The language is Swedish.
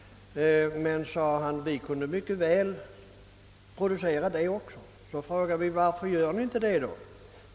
»Men», sade han, »vi skulle mycket väl kunna producera det också.» Då frågade vi: »Varför gör ni inte det då?